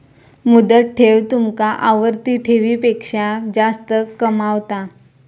मुदत ठेव तुमका आवर्ती ठेवीपेक्षा जास्त कमावता